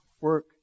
work